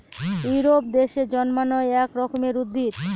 Europe দেশে জন্মানো এক রকমের উদ্ভিদ